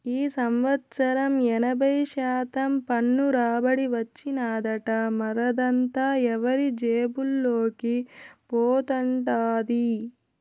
ఈ సంవత్సరం ఎనభై శాతం పన్ను రాబడి వచ్చినాదట, మరదంతా ఎవరి జేబుల్లోకి పోతండాది